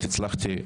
מתנגדים.